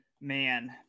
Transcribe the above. man